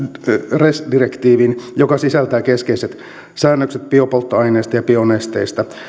res direktiiviin joka sisältää keskeiset säännökset biopolttoaineista ja bionesteistä